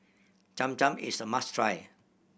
Cham Cham is a must try